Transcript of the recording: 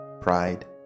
pride